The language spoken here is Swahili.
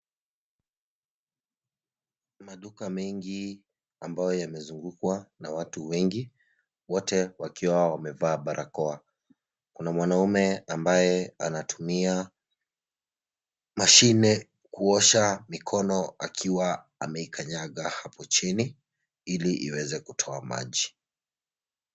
Maduka mengi ambayo yamezungukwa na watu wengi, wote wakiwa wamevaa barakoa. Kuna mwanaume ambaye anatumia mashine kuosha mikono akiwa ameikanyaga hapo chini, ili iweze kutoa maji.